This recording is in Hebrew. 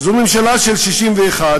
זו ממשלה של 61,